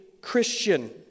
Christian